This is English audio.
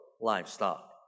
livestock